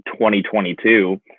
2022